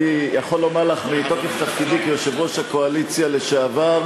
אני יכול לומר לך מתוקף תפקידי כיושב-ראש הקואליציה לשעבר,